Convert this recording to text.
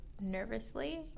nervously